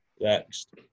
next